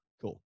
Cool